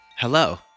Hello